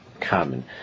common